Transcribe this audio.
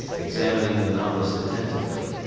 examining the novice attentively.